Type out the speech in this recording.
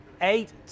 eight